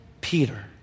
Peter